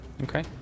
Okay